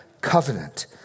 covenant